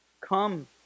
Come